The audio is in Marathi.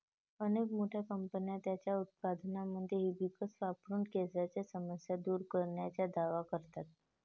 अनेक मोठ्या कंपन्या त्यांच्या उत्पादनांमध्ये हिबिस्कस वापरून केसांच्या समस्या दूर करण्याचा दावा करतात